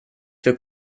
für